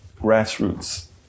Grassroots